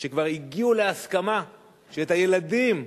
כשכבר הגיעו להסכמה שאת הילדים,